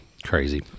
Crazy